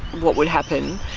what would happen,